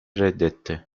reddetti